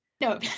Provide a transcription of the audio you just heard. No